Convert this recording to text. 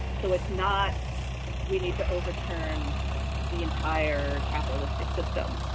so it's not we need to overturn the entire capitalistic system,